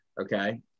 okay